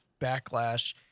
backlash